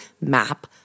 map